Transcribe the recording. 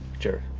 jared.